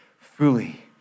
fully